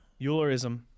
Eulerism